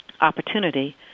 opportunity